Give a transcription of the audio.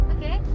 Okay